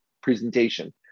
presentation